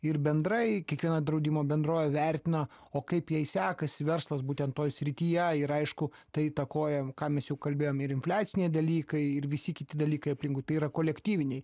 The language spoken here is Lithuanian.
ir bendrai kiekviena draudimo bendrovė vertino o kaip jai sekasi verslas būtent toj srityje ir aišku tai įtakoja ką mes jau kalbėjom ir infliaciniai dalykai ir visi kiti dalykai aplinkui tai yra kolektyviniai